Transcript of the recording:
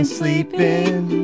sleeping